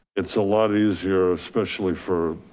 it's a lot easier, especially for,